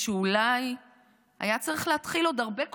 או שאולי היה צריך להתחיל עוד הרבה קודם,